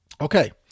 Okay